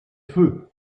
feu